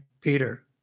Peter